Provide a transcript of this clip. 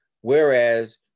Whereas